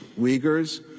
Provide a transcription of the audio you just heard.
Uyghurs